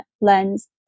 lens